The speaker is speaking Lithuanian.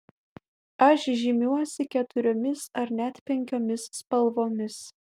aš žymiuosi keturiomis ar net penkiomis spalvomis